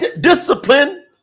discipline